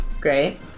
great